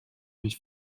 mich